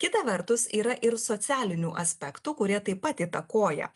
kita vertus yra ir socialinių aspektų kurie taip pat įtakoja